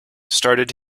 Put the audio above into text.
started